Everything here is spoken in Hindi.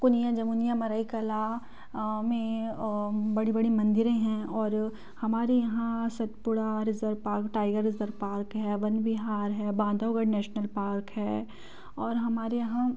कुनिया जमुनिया मरइकला में बड़ी बड़ी मंदिरें हैं और हमारे यहाँ Satpura reserve park tiger reserve park है वन विहार है बांधवगढ़ नेशनल पार्क है और हमारे यहाँ